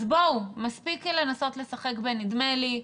מספיק לנסות לשחק בנדמה לי.